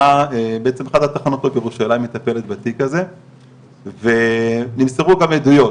אחת התחנות פה בירושלים מטפלת בתיק הזה ונמסרו גם עדויות